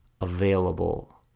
available